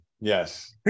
Yes